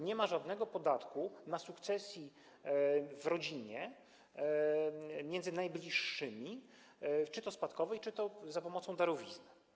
Nie ma żadnego podatku na sukcesji w rodzinie między najbliższymi, czy to spadkowej, czy to za pomocą darowizny.